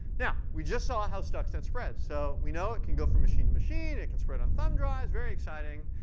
now, we just saw how stuxnet spreads. so we know it can go from machine to machine, it can spread on thumb drives. very exciting.